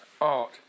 Art